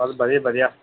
बस बधिया बधिया